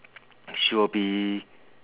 she will be